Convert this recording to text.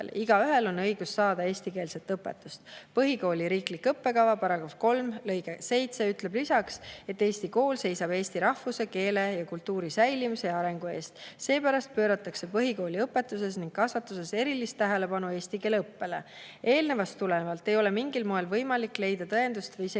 Igaühel on õigus saada eestikeelset õpetust." Põhikooli riikliku õppekava § 3 lõige 7 ütleb lisaks: "Eesti kool seisab eesti rahvuse, keele ja kultuuri säilimise ja arengu eest, seepärast pööratakse põhikooli õpetuses ning kasvatuses erilist tähelepanu eesti keele õppele." Eelnevast tulenevalt ei ole mingil moel võimalik leida tõendust või isegi